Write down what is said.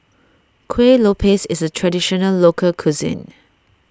Kueh Lopes is a Traditional Local Cuisine